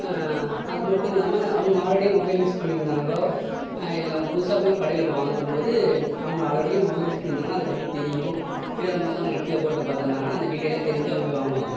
அதுமட்டும் இல்லாமல் அவங்க ஆல்ரெடி மொபைல் யூஸ் பண்ணியிருந்தாங்களோ இல்லை அவங்க புதுசாக போய் ஒரு கடையில இப்போ வாங்க போகும்போது அவங்க ஆல்ரெடி மொபைல் யூஸ் பண்ணியிருந்தாங்கனா அதை பற்றி தெரியும் இல்லை நம்ம வந்து அவங்க நெட்ல போட்டு பார்த்திருந்தாங்கனா அந்த டீட்டியல்லாம் தெரிஞ்சு அவங்க போய் வாங்குவாங்க